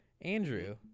Andrew